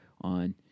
on